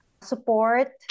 support